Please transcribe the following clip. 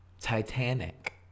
Titanic